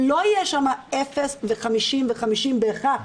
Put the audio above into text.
לא יהיה שם אפס ו-50 ו-50 בהכרח,